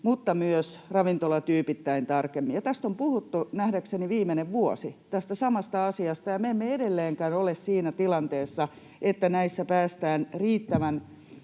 että myös ravintolatyypittäin tarkemmin. Tästä samasta asiasta on puhuttu nähdäkseni viimeinen vuosi. Me emme edelleenkään ole siinä tilanteessa, että näissä päästään riittävän